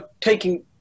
Taking